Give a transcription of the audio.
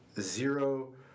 zero